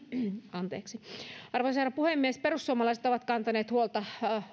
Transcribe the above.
arvoisa herra puhemies perussuomalaiset ovat kantaneet huolta